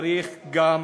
צריך גם